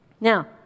Now